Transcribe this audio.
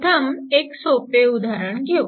प्रथम एक सोपे उदाहरण घेऊ